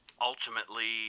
ultimately